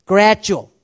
Gradual